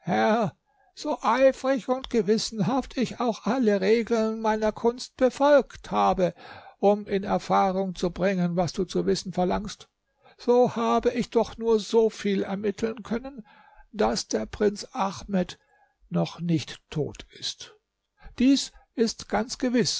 so eifrig und gewissenhaft ich auch alle regeln meiner kunst befolgt habe um in erfahrung zu bringen was du zu wissen verlangst so habe ich doch nur so viel ermitteln können daß der prinz ahmed noch nicht tot ist dies ist ganz gewiß